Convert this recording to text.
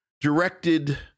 directed